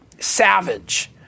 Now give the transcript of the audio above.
savage